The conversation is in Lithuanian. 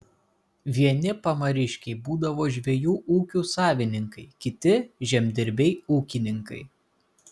vieni pamariškiai būdavo žvejų ūkių savininkai kiti žemdirbiai ūkininkai